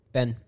Ben